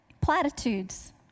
platitudes